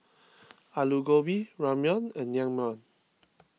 Alu Gobi Ramyeon and Naengmyeon